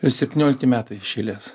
septyniolikti metai iš eilės